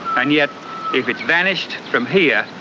and yet if it's vanished from here,